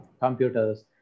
computers